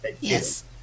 Yes